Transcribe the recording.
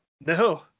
No